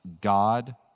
God